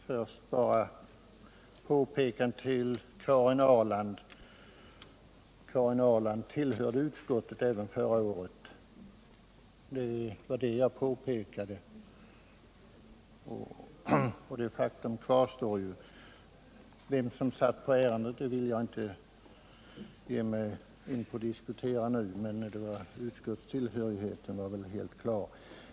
Herr talman! Först bara ett påpekande till Karin Ahrland. Hon tillhörde utskottet även förra året. Det var det jag nämnde i mitt tidigare inlägg, och faktum kvarstår. Vem som satt på ärendet vill jag inte ge mig in på att diskutera nu, men utskottstillhörigheten är helt klar.